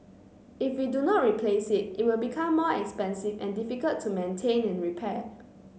if we do not replace it it will become more expensive and difficult to maintain and repair